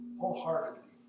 wholeheartedly